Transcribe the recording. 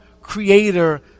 creator